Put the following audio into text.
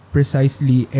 Precisely